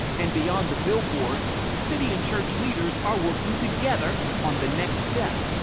and beyond the billboards, city and church leaders are working together on the next step.